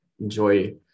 enjoy